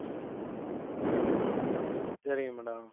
ஆ சரிங்க மேடம்